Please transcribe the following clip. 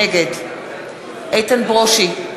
נגד איתן ברושי,